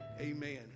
Amen